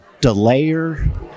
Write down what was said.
delayer